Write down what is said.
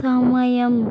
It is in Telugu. సమయం